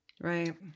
Right